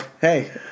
hey